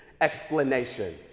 explanation